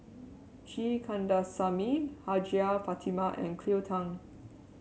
G Kandasamy Hajjah Fatimah and Cleo Thang